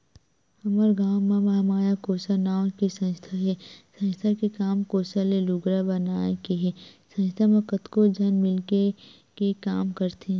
हमर गाँव म महामाया कोसा नांव के संस्था हे संस्था के काम कोसा ले लुगरा बनाए के हे संस्था म कतको झन मिलके के काम करथे